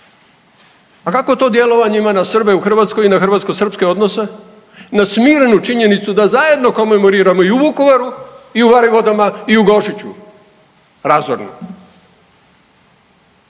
A kako to djelovanje ima na Srbe u Hrvatskoj i na hrvatskosrpske odnose, na smirenu činjenicu da zajedno komemoriramo i u Vukovaru i u Varivodama i u Gošiću? Razorno.